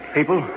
People